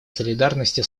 солидарности